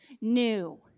new